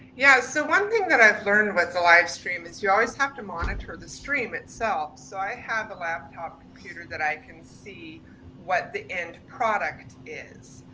yeah, so one thing that i've learned with live stream is you always have to monitor the stream itself. so i have a laptop computer that i can see what the end product is,